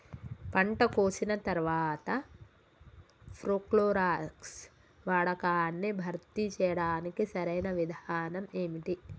పంట కోసిన తర్వాత ప్రోక్లోరాక్స్ వాడకాన్ని భర్తీ చేయడానికి సరియైన విధానం ఏమిటి?